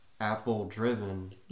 Apple-driven